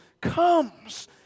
comes